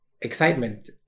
excitement